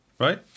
right